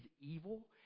evil